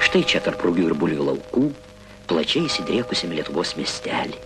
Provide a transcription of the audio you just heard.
štai čia tarp rugių ir bulvių laukų plačiai išsidriekusiam lietuvos miestely